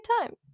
time